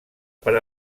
per